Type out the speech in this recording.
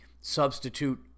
substitute